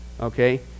okay